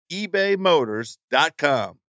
ebaymotors.com